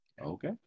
Okay